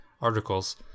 articles